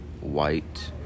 white